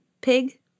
Pig